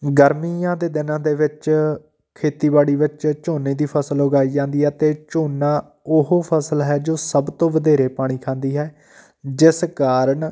ਗਰਮੀਆਂ ਦੇ ਦਿਨਾਂ ਦੇ ਵਿੱਚ ਖੇਤੀਬਾੜੀ ਵਿੱਚ ਝੋਨੇ ਦੀ ਫਸਲ ਉਗਾਈ ਜਾਂਦੀ ਹੈ ਅਤੇ ਝੋਨਾ ਉਹ ਫਸਲ ਹੈ ਜੋ ਸਭ ਤੋਂ ਵਧੇਰੇ ਪਾਣੀ ਖਾਂਦੀ ਹੈ ਜਿਸ ਕਾਰਨ